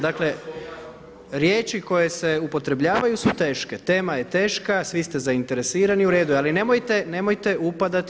Dakle, riječi koje se upotrebljavaju su teške, tema je teška, svi ste zainteresirani uredu, ali nemojte upadati.